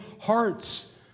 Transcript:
hearts